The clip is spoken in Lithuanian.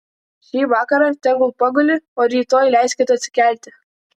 šį vakarą tegu paguli o rytoj leiskit atsikelti